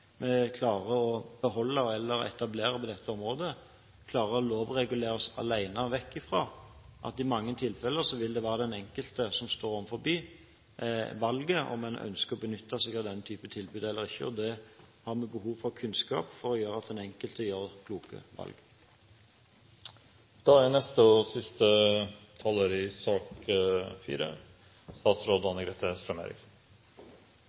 vi klarer å beholde eller etablere på dette området, klare å lovregulere oss alene vekk fra at det i mange tilfeller vil være den enkelte som står overfor valget om en ønsker å benytte seg av den typen tilbud eller ikke. Da er det behov for kunnskap for at den enkelte skal gjøre kloke valg. Jeg er veldig enig med representanten Bent Høie i